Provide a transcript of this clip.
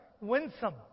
winsome